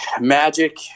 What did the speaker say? Magic